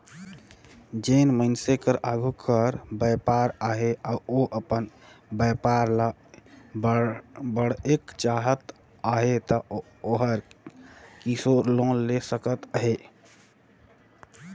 जेन मइनसे कर आघु कर बयपार अहे अउ ओ अपन बयपार ल बढ़ाएक चाहत अहे ता ओहर किसोर लोन ले सकत अहे